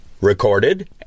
recorded